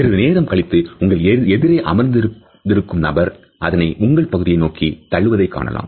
சிறிது நேரம் கழித்து உங்கள் எதிரே அமர்ந்திருக்கும் நபர் அதனை உங்கள் பகுதியை நோக்கி தள்ளுவதை காணலாம்